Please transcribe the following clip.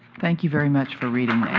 thank you very much for reading